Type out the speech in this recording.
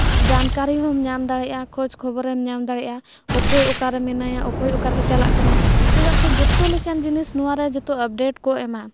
ᱡᱟᱱᱠᱟᱹᱨᱤ ᱦᱚᱸᱢ ᱧᱟᱢ ᱫᱟᱲᱮᱭᱟᱜᱼᱟ ᱠᱷᱳᱡᱽ ᱠᱷᱚᱵᱚᱨᱮᱢ ᱧᱟᱢ ᱫᱟᱲᱮᱭᱟᱜᱼᱟ ᱚᱠᱚᱭ ᱚᱠᱟᱨᱮ ᱢᱮᱱᱟᱭᱟ ᱚᱠᱚᱭ ᱚᱠᱟᱛᱮ ᱪᱟᱞᱟᱜ ᱠᱟᱱᱟᱭ ᱪᱮᱫᱟᱜ ᱥᱮ ᱡᱚᱛᱚ ᱞᱮᱠᱟᱱ ᱡᱤᱱᱤᱥ ᱱᱚᱣᱟᱨᱮ ᱡᱚᱛᱚ ᱟᱯᱰᱮᱴ ᱠᱚ ᱮᱢᱟ